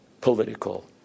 political